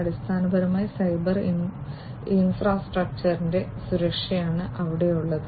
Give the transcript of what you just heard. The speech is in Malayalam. അടിസ്ഥാനപരമായി സൈബർ ഇൻഫ്രാസ്ട്രക്ചറിന്റെ സുരക്ഷയാണ് അവിടെയുള്ളത്